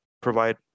provide